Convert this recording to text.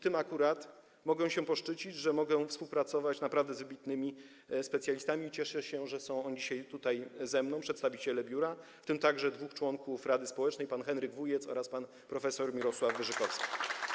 Tym akurat mogę się poszczycić - mogę współpracować z naprawdę wybitnymi specjalistami i cieszę się, że są oni dzisiaj tutaj ze mną: przedstawiciele biura, w tym także dwóch członków rady społecznej pan Henryk Wujec oraz pan prof. Mirosław Wyrzykowski.